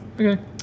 Okay